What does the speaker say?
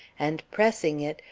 and, pressing it,